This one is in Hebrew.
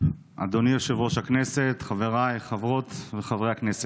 אדוני יושב-ראש הכנסת, חבריי חברות וחברי הכנסת,